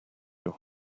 your